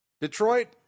Detroit